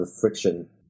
friction